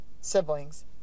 siblings